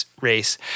race